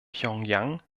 pjöngjang